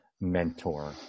mentor